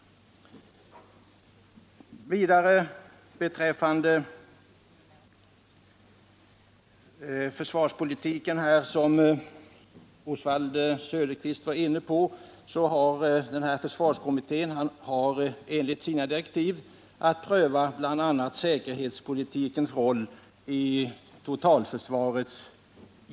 Vidare vill jag säga till Oswald Söderqvist att försvarskommittén enligt sina direktiv har att pröva bl.a. säkerhetspolitikens roll inom totalförsvaret.